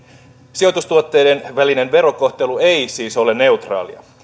sijoitustuotteiden välinen verokohtelu ei siis ole neutraalia